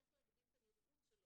איך להגדיל את הנראות.